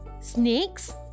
Snakes